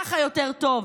ככה יותר טוב,